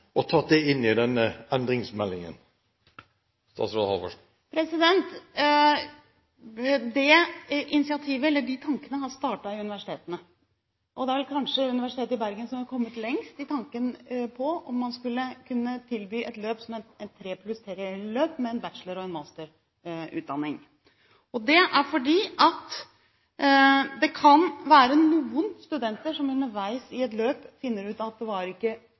og tatt det inn i denne endringsmeldingen? De tankene har startet ved universitetene. Det er kanskje Universitetet i Bergen som har kommet lengst i tanken om å kunne tilby et 3+3-løp, med en bachelorutdanning og en masterutdanning. Det er fordi det kan være noen studenter som underveis i et løp finner ut at det likevel ikke